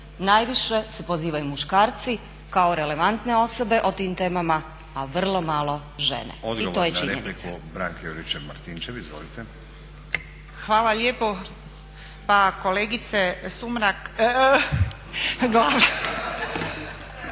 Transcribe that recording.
najviše se pozivaju muškarci kao relevantne osobe o tim temama, a vrlo malo žene i to je činjenica.